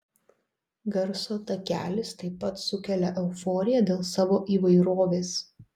garso takelis taip pat sukelia euforiją dėl savo įvairovės